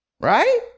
Right